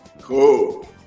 Cool